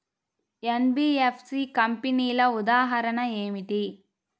NBFC కంపెనీల ఉదాహరణ ఏమిటి?